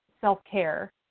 self-care